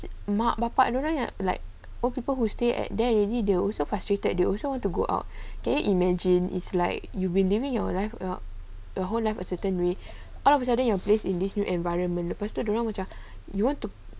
mak bapa dia orang yang like oh people who stay at their already they also frustrated they also want to go out okay imagine it's like you've been living your life up the whole life in a certain way out of sudden your place in this new environment lepas tu dia orang macam you want to